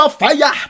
fire